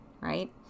right